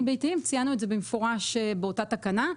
ביתיים ציינו את זה במפורש באותה תקנה.